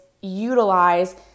utilize